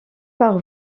par